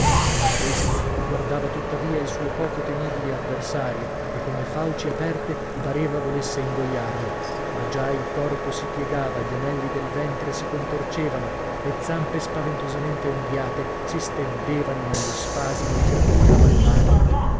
la mala bestia guardava tuttavia il suo poco temibile avversario e con le fauci aperte pareva volesse ingoiarlo ma già il corpo si piegava gli anelli del ventre si contorcevano le zampe spaventosamente unghiate si stendevano nello spasimo e graffiavano l'aria